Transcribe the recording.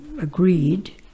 agreed